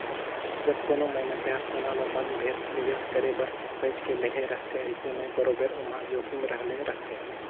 जब कोनो मइनसे हर सोना ल मन भेर निवेस करे बर सोंएच के लेहे रहथे अइसे में बरोबेर ओम्हां जोखिम रहले रहथे